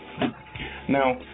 now